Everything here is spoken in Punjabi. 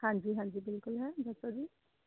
ਹਾਂਜੀ ਹਾਂਜੀ ਬਿਲਕੁਲ ਹੈ ਦੱਸੋ ਜੀ